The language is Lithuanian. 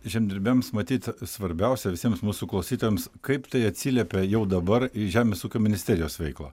žemdirbiams matyt svarbiausia visiems mūsų klausytojams kaip tai atsiliepia jau dabar žemės ūkio ministerijos veiklą